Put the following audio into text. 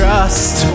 Trust